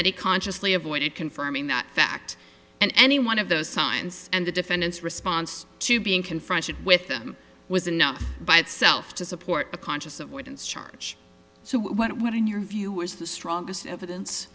that he consciously avoid it confirming that fact and any one of those signs and the defendant's response to being confronted with them was enough by itself to support the conscious avoidance charge so what in your view is the strongest evidence